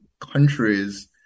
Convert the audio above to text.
countries